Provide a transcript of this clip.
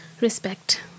Respect